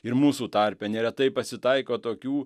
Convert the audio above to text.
ir mūsų tarpe neretai pasitaiko tokių